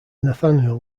nathaniel